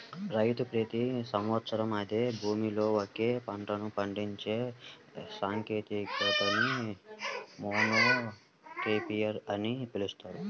రైతు ప్రతి సంవత్సరం అదే భూమిలో ఒకే పంటను పండించే సాంకేతికతని మోనోక్రాపింగ్ అని పిలుస్తారు